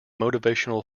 motivational